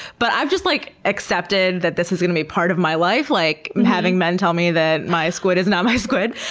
but i've just like accepted that this is going to be part of my life like having men tell me that my squid is not my squid.